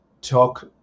talk